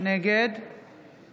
נגד